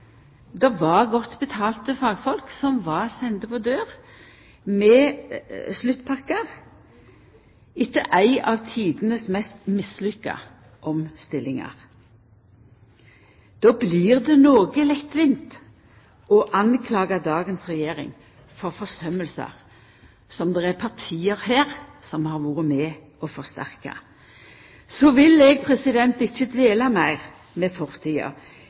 Godt betalte fagfolk var sende på dør med sluttpakkar etter ei av dei mest mislykka omstillingane som har vore. Då blir det noko lettvint å skulda dagens regjering for forsømingar – forsømingar som parti her i salen har vore med på å forsterka. Eg vil ikkje dvela meir ved fortida. Eg